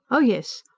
oh, yes,